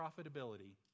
profitability